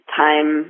time